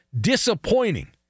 disappointing